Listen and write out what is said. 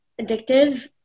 addictive